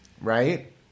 right